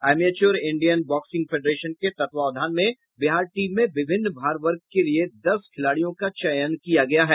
amateur Indian boxing federation के तत्वावधान में बिहार टीम में विभिन्न भार वर्गो के लिये दस खिलाड़ियों का चयन किया गया है